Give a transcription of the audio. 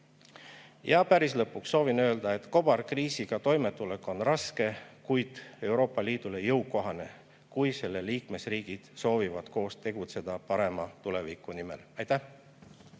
päris lõpuks soovin öelda, et kobarkriisiga toimetulek on raske, kuid Euroopa Liidule jõukohane, kui selle liikmesriigid soovivad koos tegutseda parema tuleviku nimel. Aitäh!